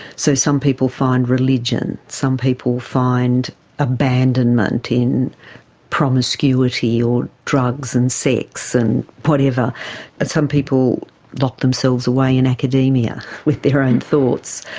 so some people find religion, some people find abandonment in promiscuity or drugs and sex and whatever. but some people lock themselves away in academia with their own thoughts.